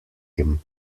him